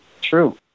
true